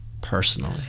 personally